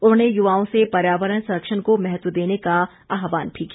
उन्होंने युवाओं से पर्यावरण संरक्षण को महत्व देने का आह्वान किया